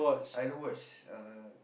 I don't watch uh